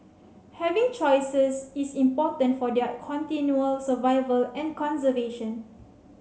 having choices is important for their continual survival and conservation